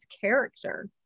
character